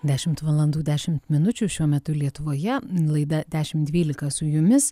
dešimt valandų dešimt minučių šiuo metu lietuvoje laida dešimt dvylika su jumis